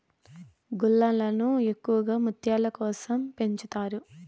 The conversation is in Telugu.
గుల్లలను ఎక్కువగా ముత్యాల కోసం పెంచుతారు